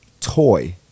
toy